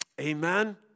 Amen